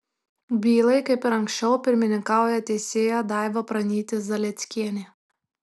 bylai kaip ir anksčiau pirmininkauja teisėja daiva pranytė zalieckienė